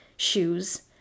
Shoes